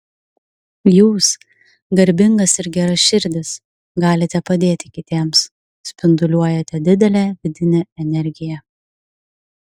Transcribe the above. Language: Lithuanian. jūs garbingas ir geraširdis galite padėti kitiems spinduliuojate didelę vidinę energiją